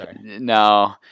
No